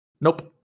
nope